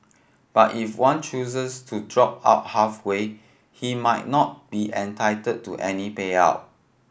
but if one chooses to drop out halfway he might not be entitled to any payout